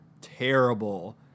terrible